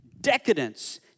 decadence